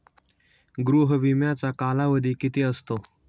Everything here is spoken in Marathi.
गृह विम्याचा कालावधी किती असतो?